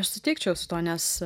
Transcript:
aš sutikčiau su tuo nes